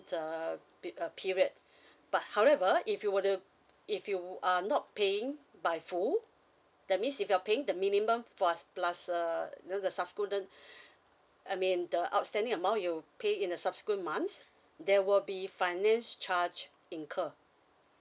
uh pe~ uh period but however if you were to if you are not paying by full that means if you're paying the minimum plu~ plus uh you know the subse~ I mean the outstanding amount you pay in the subsequent months there will be finance charge incur